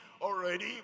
Already